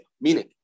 meaning